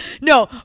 no